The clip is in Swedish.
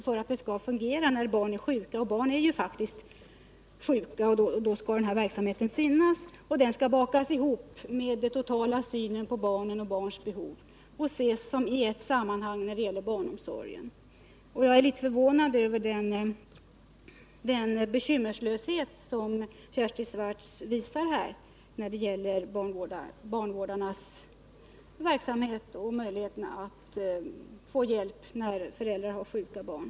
För att det skall fungera när barn är sjuka — och barn är faktiskt sjuka ibland — skall denna verksamhet finnas, och den skall bakas ihop med den totala synen på barnen och barnens behov och ses som ett sammanhang när det gäller barnomsorgen. Jag ärlitet förvånad över den bekymmerslöshet som Kersti Swartz visar när det gäller barnvårdarnas verksamhet och möjligheterna för föräldrar att få hjälp när de har sjuka barn.